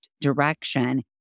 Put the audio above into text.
direction